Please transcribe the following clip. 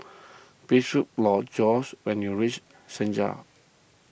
please look Jorge when you reach Senja